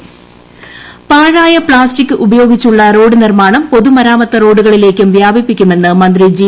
നിയമസഭ റോഡ് പാഴായ പ്താസ്റ്റിക് ഉപയോഗിച്ചുള്ള റോഡുനിർമ്മാണം പൊതുമരാമത്ത് റോഡുകളിലേക്കും വ്യാപിപ്പിക്കുമെന്ന് മന്ത്രി ജി